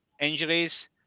injuries